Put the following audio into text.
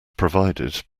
provided